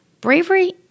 Bravery